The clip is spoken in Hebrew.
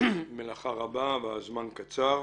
מלאכה רבה והזמן קצר.